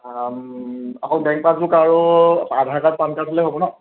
অকল bank passbook আৰু Aadhaar card PAN card হ'লেই হ'ব ন